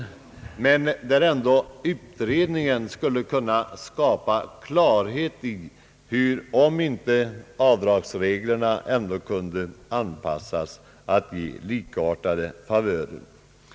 Men en utredning skulle kunna skapa klarhet i om ändå inte avdragsreglerna kunde anpassas till att ge innehavare av bostadsrätt samma favörer som innehavare av småhus.